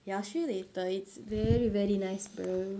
ya I'll show you later it's very very nice bro